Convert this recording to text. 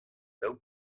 daou